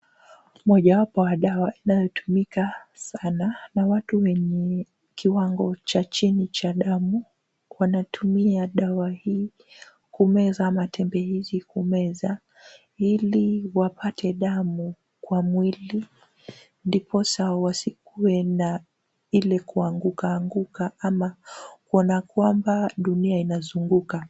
Mojawapo wa dawa inayotumika sana na watu wenye kiwango cha chini cha damu. Wanatumia dawa hii kumeza ama tembe hizi kumeza, ili wapate damu kwa mwili ndiposa wasikue na ile kuanguka anguka ama kuona kwamba dunia inazunguka.